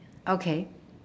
okay